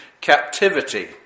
captivity